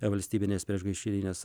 valstybinės priešgaisrinės